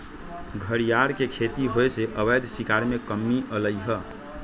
घरियार के खेती होयसे अवैध शिकार में कम्मि अलइ ह